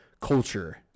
culture